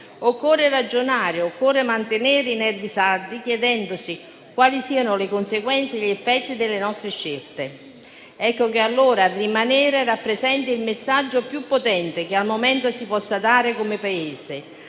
occorre ragionare e occorre mantenere i nervi saldi, chiedendosi quali siano le conseguenze e gli effetti delle nostre scelte. Ecco che allora rimanere rappresenta il messaggio più potente che al momento si possa dare come Paese,